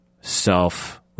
self